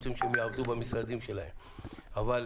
אנחנו